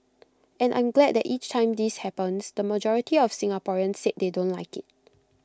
and I'm glad that each time this happens the majority of Singaporeans say they don't like IT